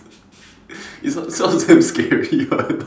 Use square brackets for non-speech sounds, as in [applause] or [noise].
[laughs] it sounds it sounds damn scary [what] no